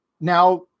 now